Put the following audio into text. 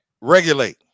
regulate